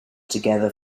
together